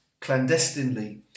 clandestinely